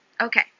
Okay